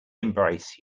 embrace